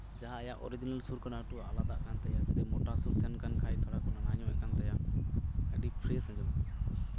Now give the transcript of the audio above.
ᱡᱟᱦᱟᱸ ᱟᱭᱟᱜ ᱚᱨᱤᱡᱤᱱᱟᱞ ᱥᱩᱨ ᱠᱟᱱᱟ ᱮᱠᱴᱩ ᱟᱞᱟᱫᱟᱜ ᱠᱟᱱ ᱛᱟᱭᱟ ᱢᱳᱴᱟ ᱥᱩᱨ ᱛᱟᱸᱦᱮᱱ ᱠᱷᱟᱡ ᱫᱚ ᱱᱟᱱᱦᱟ ᱧᱚᱜ ᱮᱜ ᱠᱟᱱ ᱛᱟᱭᱟ ᱟᱹᱰᱤ ᱯᱷᱮᱨᱮᱥ ᱟᱸᱡᱚᱢᱚᱜ ᱠᱟᱱᱟ